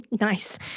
Nice